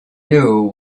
knew